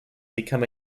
become